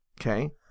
Okay